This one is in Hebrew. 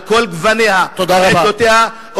על כל גווניה ועמדותיה,